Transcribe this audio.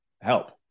help